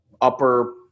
upper